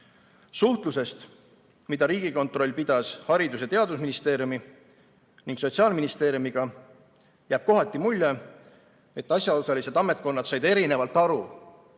Suhtlusest, mida Riigikontroll pidas Haridus‑ ja Teadusministeeriumi ning Sotsiaalministeeriumiga, jääb kohati mulje, et asjaosalised ametkonnad said erinevalt aru,